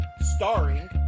Starring